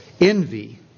envy